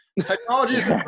Technology